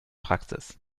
praxis